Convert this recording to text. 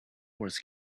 wars